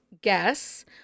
guess